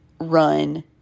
run